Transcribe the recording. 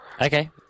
Okay